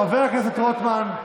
חבר הכנסת רוטמן,